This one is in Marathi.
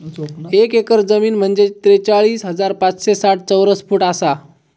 एक एकर जमीन म्हंजे त्रेचाळीस हजार पाचशे साठ चौरस फूट आसा